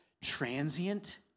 transient